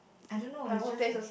I don't know its just like